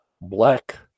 black